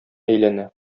әйләнә